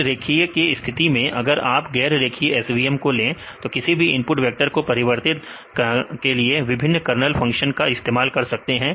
इन रेखीय वालों के स्थिति में अगर आप गैर रेखीय SVMs को ले तो किसी भी इनपुट वेक्टर के परिवर्तन के लिए विभिन्न कर्नल फंक्शन का इस्तेमाल कर सकते हैं